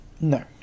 no